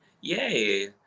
Yay